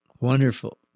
Wonderful